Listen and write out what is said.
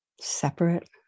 separate